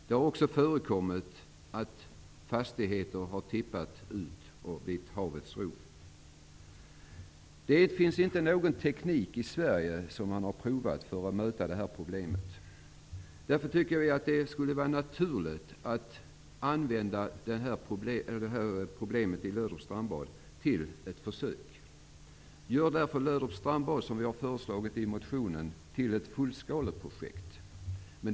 Det har också förekommit att fastigheter har rasat ned och blivit havets rov. I Sverige har man inte provat någon teknik för att möta det här problemet. Därför tycker jag att det skulle vara naturligt att använda problemet i Löderups strandbad till ett försök. I motionen har vi därför föreslagit att man gör Löderups strandbad till ett fullskaleprojekt.